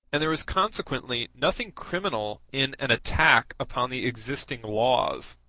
and there is consequently nothing criminal in an attack upon the existing laws,